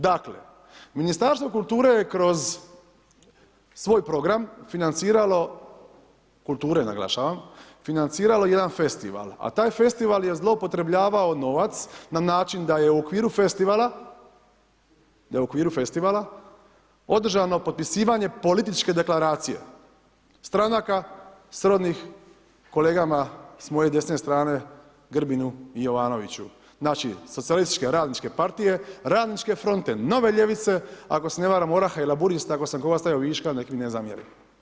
Dakle, Ministarstvo kulture je kroz svoj program financiralo, kulture, naglašavam, financiralo jedan festival, a taj festival je zloupotrjebljavao novac, na način da je u okviru festivala održano potpisivanje političke deklaracije stranaka, srodnih kolegama s moje desne strane Grbinu i Jovanoviću, znači socijalističke radničke partije, radničke fronte, nove ljevice, ako se ne varam Oraha i Laburista, ako sam koga stavio viška, neka mi ne zamjeri.